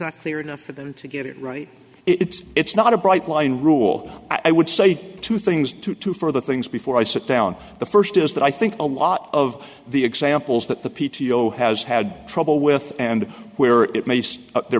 not clear enough for them to get it right it's it's not a bright line rule i would say two things to two for the things before i sit down the first is that i think a lot of the examples that the p t o has had trouble with and where it may stay there